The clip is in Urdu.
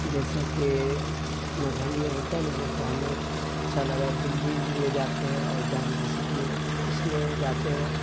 جیسا کہ مذہب میں ہوتا ہے نا جیسے ہمیں لوگ کچھ اچھا لگا دہلی میں جاتے ہیں اور جامع مسجد میں اس میں جاتے ہیں